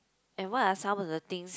and what are some of the things